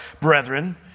brethren